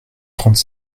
trente